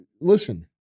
Listen